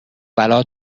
بلا